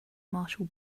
marshall